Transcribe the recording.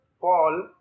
Paul